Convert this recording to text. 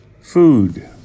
food